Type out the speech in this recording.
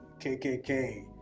KKK